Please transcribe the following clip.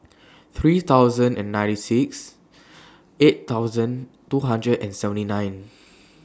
three thousand and ninety six eight thousand two hundred and seventy nine